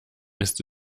ist